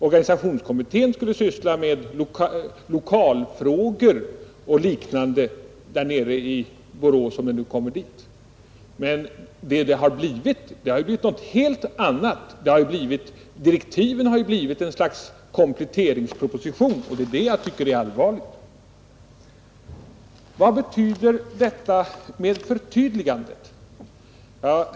Organisationskommittén skulle syssla med lokalfrågor och liknande där nere i Borås, om den nu kommer dit. Men det har blivit något helt annat. Direktiven har blivit ett slags kompletteringsproposition, och det är det jag tycker är allvarligt. Vad betyder detta med ett förtydligande?